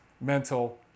mental